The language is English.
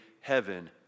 heaven